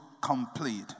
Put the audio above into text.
complete